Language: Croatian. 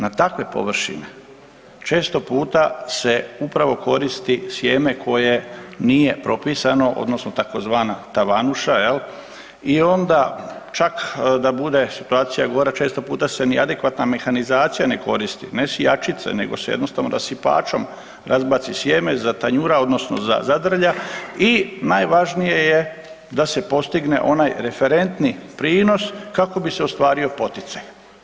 Na takve površine često puta se upravo koristi sjeme koje nije propisano odnosno tzv. tavanuša jel i onda čak da bude situacija gora često puta se ni adekvatna mehanizacija ne koristi, ne sijačice nego se jednostavno rasipačom razbaci sjeme, zatanjura odnosno zadrlja i najvažnije je da se postigne onaj referentni prinos kako bi se ostvario poticaj.